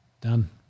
Done